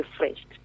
refreshed